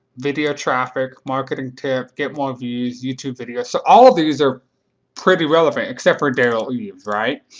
video traffic, marketing tip, get more views, youtube videos. all of these are pretty relevant, except for derral eves, right?